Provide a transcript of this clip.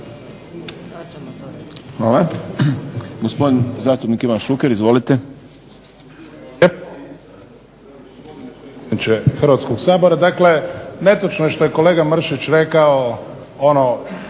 Hvala. Gospodin zastupnik Ivan Šuker. Izvolite.